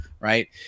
Right